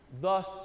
Thus